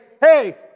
hey